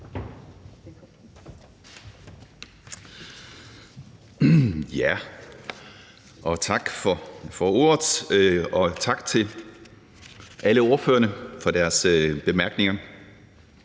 Tak for ordet, og tak til alle ordførerne for deres bemærkninger.